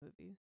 movie